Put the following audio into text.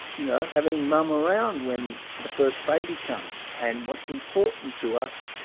you know, having mum around when the first baby comes. and what's important to us,